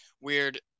weird